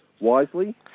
wisely